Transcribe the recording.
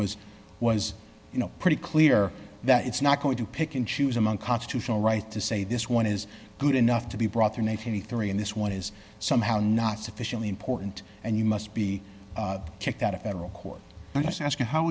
was was pretty clear that it's not going to pick and choose among constitutional right to say this one is good enough to be brought in eighty three and this one is somehow not sufficiently important and you must be kicked out of federal court i'm just asking how